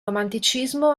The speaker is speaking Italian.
romanticismo